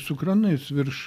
su kranais virš